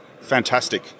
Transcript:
Fantastic